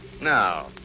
Now